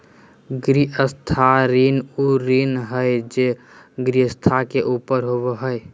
गृहस्थ ऋण उ ऋण हइ जे गृहस्थ के ऊपर होबो हइ